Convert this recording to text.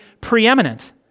preeminent